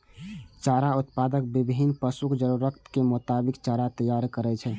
चारा उत्पादक विभिन्न पशुक जरूरतक मोताबिक चारा तैयार करै छै